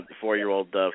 four-year-old